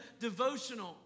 devotional